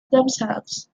themselves